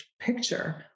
picture